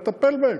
לטפל בהן.